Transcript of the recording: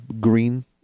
green